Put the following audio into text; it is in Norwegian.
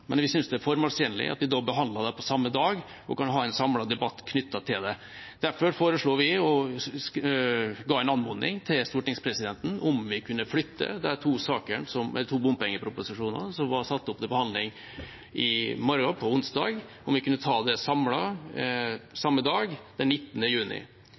men vi synes det er formålstjenlig at vi behandler dette på samme dag og kan ha en samlet debatt. Derfor foreslo vi, og anmodet stortingspresidenten om, å flytte de to bompengeproposisjonene som var satt opp til behandling i morgen, onsdag, for å ta disse på samme dag, den 19. juni. Det har stortingspresidenten og presidentskapet etterkommet, og det er jeg glad for. Jeg ser fram til at vi kan få en